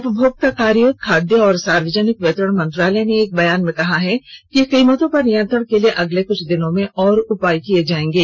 उपभोक्ता कार्य खाद्य और सार्वजनिक वितरण मंत्रालय ने एक बयान में कहा है कि कीमतों पर नियंत्रण के लिए अगले कुछ दिनों में और उपाय किए जाएंगे